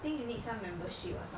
then you need some membership